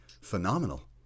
phenomenal